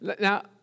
Now